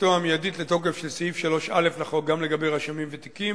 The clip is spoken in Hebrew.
כניסתו המיידית לתוקף של סעיף 3(א) לחוק גם לגבי רשמים ותיקים